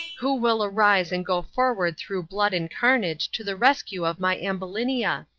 who will arise and go forward through blood and carnage to the rescue of my ambulinia?